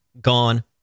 gone